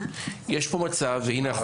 יש פה מצב והנה,